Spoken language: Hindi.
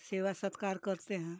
सेवा सत्कार करते हैं